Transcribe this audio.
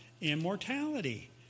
immortality